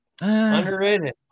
Underrated